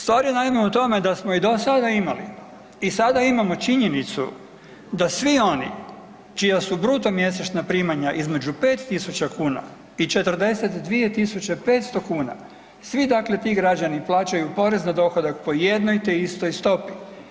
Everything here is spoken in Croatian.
Stvar je naime u tome da smo i do sada imali i sada imamo činjenicu da svi oni čija su bruto mjesečna primanja između 5.000 kuna i 42.500 kuna svi ti građani plaćaju porez na dohodak po jednoj te istoj stopi.